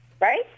right